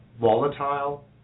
volatile